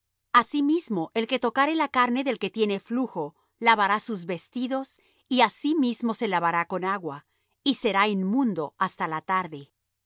tarde asimismo el que tocare la carne del que tiene flujo lavará sus vestidos y á sí mismo se lavará con agua y será inmundo hasta la tarde